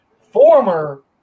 former